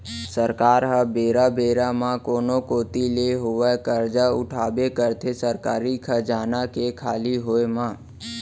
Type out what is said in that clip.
सरकार ह बेरा बेरा म कोनो कोती ले होवय करजा उठाबे करथे सरकारी खजाना के खाली होय म